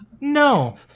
No